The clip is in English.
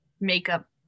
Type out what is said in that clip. makeup